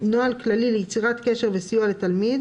"נוהל כללי ליצירת קשר וסיוע לתלמיד"